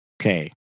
Okay